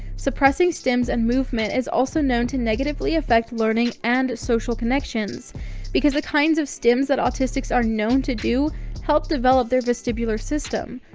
suppressing stims and movement is also known to negatively affect learning and social connections because the kinds of stims that autistics are known to do help develop their vestibular system.